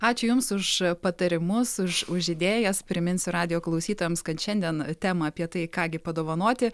ačiū jums už patarimus už už idėjas priminsiu radijo klausytojams kad šiandien temą apie tai ką gi padovanoti